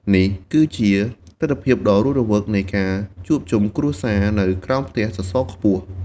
នេះគឺជាទិដ្ឋភាពដ៏រស់រវើកនៃការជួបជុំគ្រួសារនៅក្រោមផ្ទះសសរខ្ពស់។